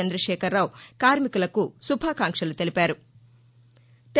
చందశేఖరరావు కార్మికులకు శుభాకాంక్షలు తెలిపారు